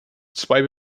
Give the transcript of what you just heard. zwei